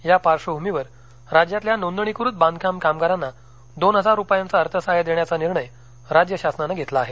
या पार्श्वभूमीवर राज्यातल्या नोंदणीकृत बांधकाम कामगारांना दोन हजार रुपयांचं अर्थसहाय्य देण्याचा निर्णय राज्य शासनानं घेतला आहे